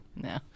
No